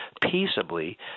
peaceably